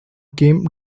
came